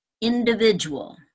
individual